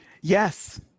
Yes